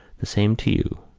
the same to you,